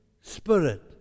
Spirit